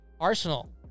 Arsenal